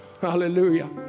Hallelujah